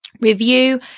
Review